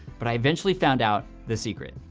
but i eventually found out the secret.